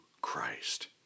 Christ